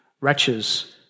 wretches